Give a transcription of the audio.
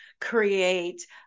create